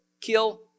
kill